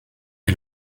est